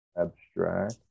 abstract